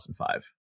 2005